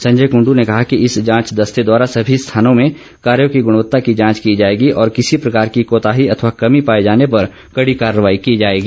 संजय कूंडू ने कहा कि इस जांच दस्ते द्वारा सभी स्थानों में कार्यो की गुणवत्ता की जांच की जाएगी और किसी प्रकार की कोताही अथवा कमी पाए जाने पर कड़ी कार्रवाई की जाएगी